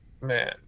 man